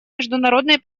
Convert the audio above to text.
международной